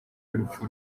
y’urupfu